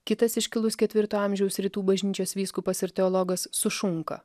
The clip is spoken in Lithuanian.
kitas iškilus ketvirto amžiaus rytų bažnyčios vyskupas ir teologas sušunka